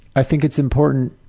i think it's important,